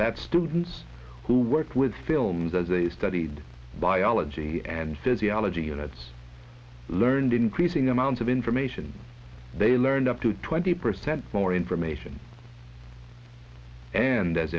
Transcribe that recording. that students who worked with films as a studied biology and physiology that's learned increasing amounts of information they learned up to twenty percent more information and as